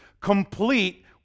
complete